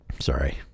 sorry